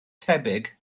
tebyg